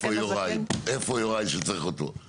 איפה יוראי כשצריך אותו.